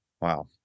Wow